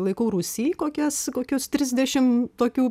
laikau rūsy kokias kokius trisdešimt tokių